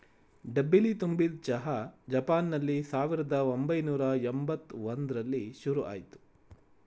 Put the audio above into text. ಡಬ್ಬಿಲಿ ತುಂಬಿದ್ ಚಹಾ ಜಪಾನ್ನಲ್ಲಿ ಸಾವಿರ್ದ ಒಂಬೈನೂರ ಯಂಬತ್ ಒಂದ್ರಲ್ಲಿ ಶುರುಆಯ್ತು